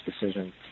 decision